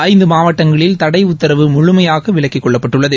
ஐந்து மாவட்டங்களில் தடை உத்தரவு முழுமையாக விலக்கிக் கொள்ளப்பட்டுள்ளது